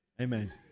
Amen